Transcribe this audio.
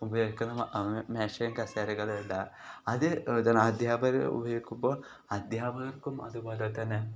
ഉപയോഗിക്കുന്ന മേശയും കസേരകളുണ്ട് അത് അദ്ധ്യാപകർ ഉപയോഗിക്കുമ്പോൾ അദ്ധ്യാപകർക്കും അതുപോലെ തന്നെ